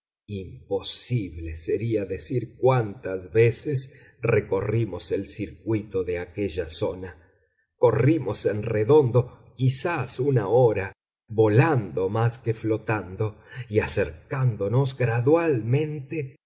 imposible sería decir cuántas veces recorrimos el circuito de aquella zona corrimos en redondo quizás una hora volando más que flotando y acercándonos gradualmente